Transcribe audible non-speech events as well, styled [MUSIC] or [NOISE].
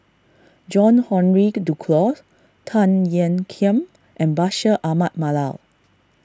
John Henry [NOISE] Duclos Tan Ean Kiam and Bashir Ahmad Mallal